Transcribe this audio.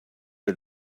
are